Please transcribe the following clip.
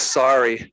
sorry